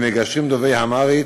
המהלך מיועד למגשרים דוברי אמהרית,